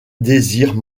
désire